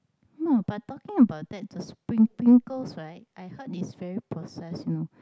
no but talking about that the pringles right I heard it's very processed you know